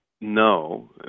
no